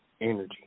Energy